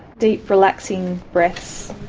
deep relaxing breaths.